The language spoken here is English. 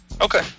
Okay